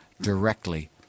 directly